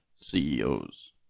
CEOs